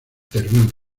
termina